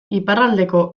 iparraldeko